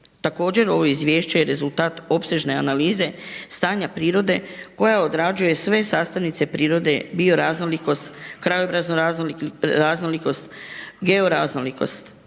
Također, ovo izvješće je rezultat opsežne analize stanja prirode koja odrađuje sve sastavnice prirode, bioraznolikost, krajobraznu raznolikost, georaznolikost.